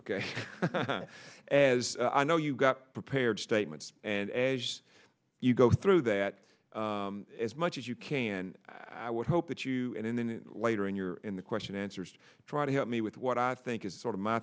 ok as i know you got prepared statements and as you go through that as much as you can i would hope that you and then later in your in the question answers try to help me with what i think is sort of m